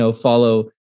follow